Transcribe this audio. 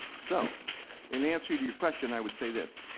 so in answer to your question i would say this.